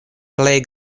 plej